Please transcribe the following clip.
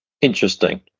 Interesting